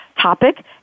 topic